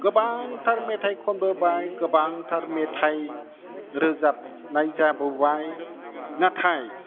गोबांथार मेथाइ खनबोबाय गोबांथार मेथाइ रोजाबनाय जाबोबाय नाथाय